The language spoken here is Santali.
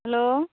ᱦᱮᱞᱳ